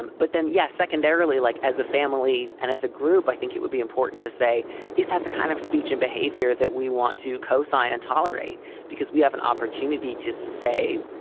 and but then, yes, secondarily, like as a family and as a group, i think it would be important to say is that the kind of speech and behavior that we want to co-sign and tolerate because we have an opportunity to say,